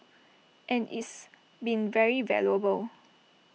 and it's been very valuable